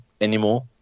anymore